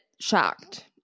shocked